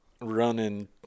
running